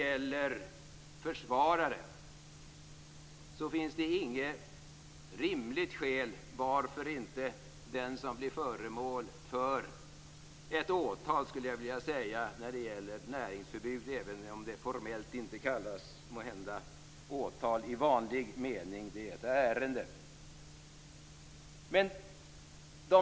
Det finns inget rimligt skäl till varför inte den som blir föremål för ett åtal som kan leda till näringsförbud - även om det formellt inte kallas för åtal i vanlig bemärkelse, utan det är fråga om ett ärende - har rätt till en offentlig försvarare.